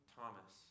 Thomas